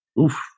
oof